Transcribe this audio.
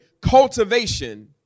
cultivation